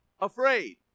afraid